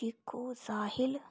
इक ओह् साहिल